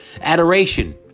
adoration